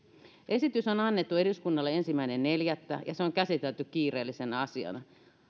esitys on on annettu eduskunnalle ensimmäinen neljättä ja se on käsitelty kiireellisenä asiana